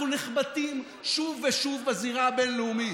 אנחנו נחבטים שוב ושוב בזירה הבין-לאומית.